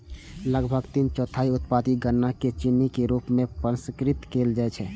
लगभग तीन चौथाई उत्पादित गन्ना कें चीनी के रूप मे प्रसंस्कृत कैल जाइ छै